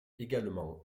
également